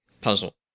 puzzle